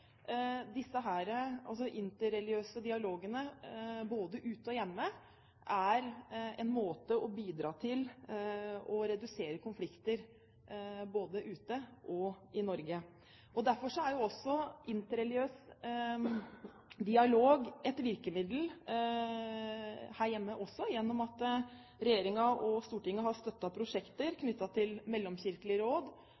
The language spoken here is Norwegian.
disse interreligiøse dialogene både ute og hjemme er en måte å bidra til å redusere konflikter på både ute og i Norge. Derfor er interreligiøs dialog et virkemiddel her hjemme også gjennom at regjeringen og Stortinget har støttet prosjekter